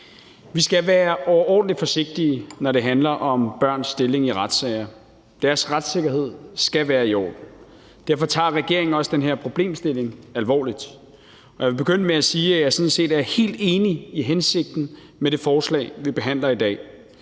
Vi skal være overordentlig forsigtige, når det handler om børns stilling i retssager. Deres retssikkerhed skal være i orden. Derfor tager regeringen også den her problemstilling alvorligt. Jeg vil begynde med at sige, at jeg sådan set er helt enig i hensigten med det forslag, vi behandler i dag.